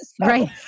Right